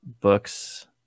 books